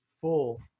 full